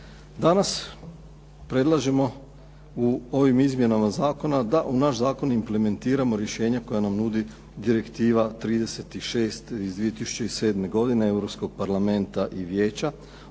Danas predlažemo u ovim izmjenama zakona da u naš zakon implementiramo rješenja koja nam nudi Direktiva 36 iz 2007. godine Europskog parlamenta i Vijeća